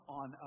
on